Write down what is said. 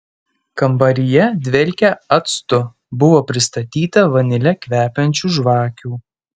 kambaryje dvelkė actu buvo pristatyta vanile kvepiančių žvakių